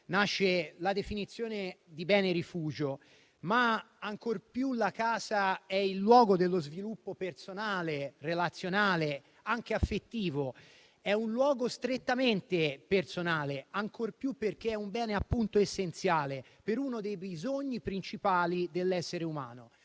nasce la definizione di bene rifugio. Ancor più la casa è però il luogo dello sviluppo personale, relazionale e anche affettivo; è un luogo strettamente personale, perché è essenziale per uno dei bisogni principali dell'essere umano.